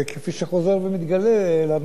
כפי שחוזר ומתגלה לנו